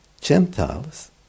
Gentiles